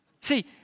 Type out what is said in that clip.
See